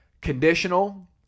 conditional